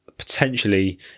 potentially